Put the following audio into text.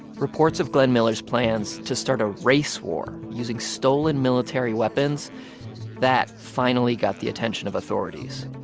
reports of glenn miller's plans to start a race war using stolen military weapons that finally got the attention of authorities.